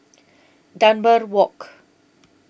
Dunbar Walk